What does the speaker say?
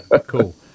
Cool